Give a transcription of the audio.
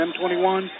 M21